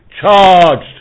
charged